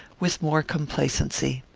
with more complacency.